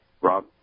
Rob